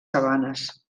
sabanes